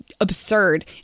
absurd